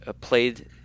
played